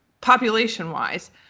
population-wise